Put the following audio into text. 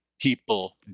people